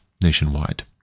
nationwide